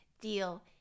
deal